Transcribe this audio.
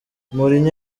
mourinho